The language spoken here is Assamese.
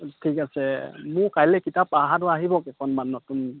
ঠিক আছে মোৰ কাইলৈ কিতাপ আহাতো আহিব কেইখনমান নতুন